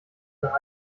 nach